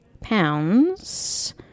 pounds